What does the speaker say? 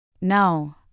No